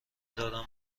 دارم